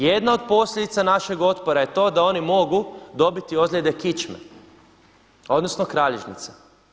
Jedna od posljedica našeg otpora je to da oni mogu dobiti ozljede kičme, odnosno kralježnice.